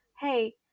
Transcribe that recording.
hey